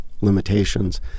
limitations